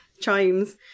Chimes